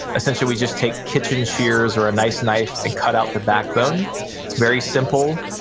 essentially, we just take kitchen shears or a nice knife and cut out the back bone, it's very simple,